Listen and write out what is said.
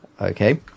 Okay